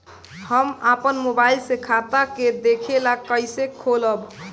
हम आपन मोबाइल से खाता के देखेला कइसे खोलम?